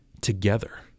together